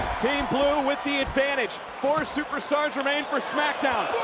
team blue with the advantage. four superstars remain for smackdown.